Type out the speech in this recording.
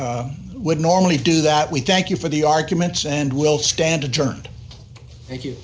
we would normally do that we thank you for the arguments and we'll stand adjourned thank you